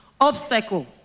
obstacle